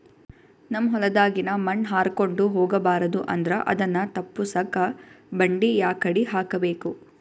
ನಮ್ ಹೊಲದಾಗಿನ ಮಣ್ ಹಾರ್ಕೊಂಡು ಹೋಗಬಾರದು ಅಂದ್ರ ಅದನ್ನ ತಪ್ಪುಸಕ್ಕ ಬಂಡಿ ಯಾಕಡಿ ಹಾಕಬೇಕು?